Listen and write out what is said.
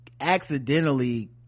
accidentally